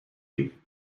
you